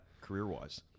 career-wise